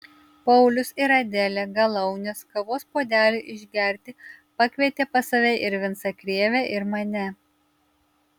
paulius ir adelė galaunės kavos puodeliui išgerti pakvietė pas save ir vincą krėvę ir mane